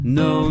no